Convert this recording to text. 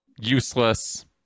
useless